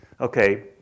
Okay